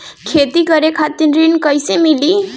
खेती करे खातिर ऋण कइसे मिली?